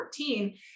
2014